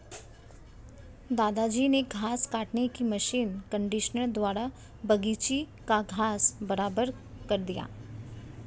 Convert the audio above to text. दादाजी ने घास काटने की मशीन कंडीशनर द्वारा बगीची का घास बराबर कर दिया